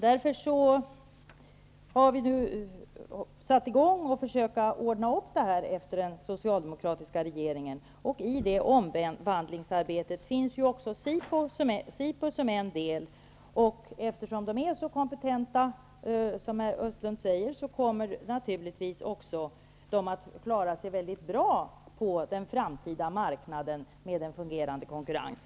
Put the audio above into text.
Därför har vi nu satt i gång för att försöka ordna upp det här efter den socialdemokratiska regeringen. I det omvandlingsarbetet finns också SIPU med som en del. Eftersom SIPU är så kompetenta som herr Östlund säger kommer de naturligtvis att klara sig mycket bra på den framtida marknaden med en fungerande konkurrens.